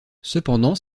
cependant